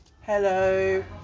Hello